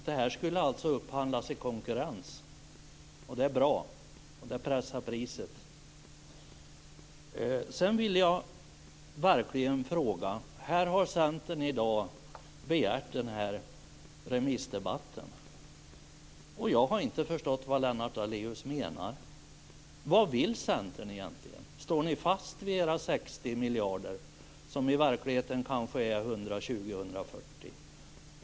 Herr talman! Jag undrar om Lennart Daléus hörde vad jag sade. Det här skulle alltså upphandlas i konkurrens, och det är bra. Det pressar priset. Sedan vill jag ställa en fråga. Centern har begärt den här remissdebatten i dag, men jag har inte förstått vad Lennart Daléus menar. Vad vill Centern egentligen? Står ni fast vid era 60 miljarder som i verkligheten kanske är 120-140 miljarder?